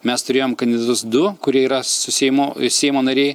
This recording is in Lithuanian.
mes turėjom kandidatus du kurie yra su seimo seimo nariai